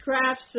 crafts